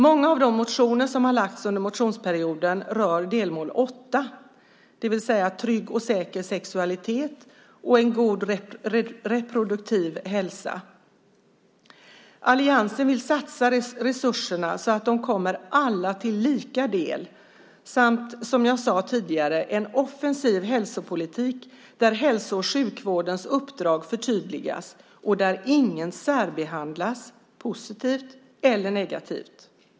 Många av de motioner som har väckts under motionsperioden rör delmål 8, det vill säga trygg och säker sexualitet och en god reproduktiv hälsa. Alliansen vill satsa resurserna så att de kommer alla till lika del. Som jag sade tidigare ska vi föra en offensiv hälsopolitik där hälso och sjukvårdens uppdrag förtydligas och där ingen särbehandlas positivt eller negativt.